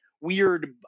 weird